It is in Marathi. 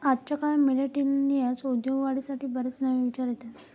आजच्या काळात मिलेनियल्सकडे उद्योगवाढीसाठी बरेच नवे विचार येतत